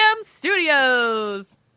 Studios